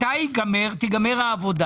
מתי תיגמר העבודה?